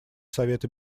совета